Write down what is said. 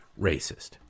racist